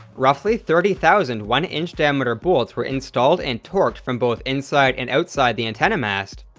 roughly thirty thousand one inch diameter bolts were installed and torqued from both inside and outside the antenna mast,